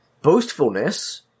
boastfulness